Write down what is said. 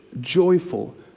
joyful